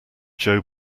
joe